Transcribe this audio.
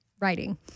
writing